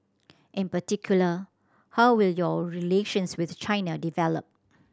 in particular how will your relations with China develop